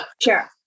Sure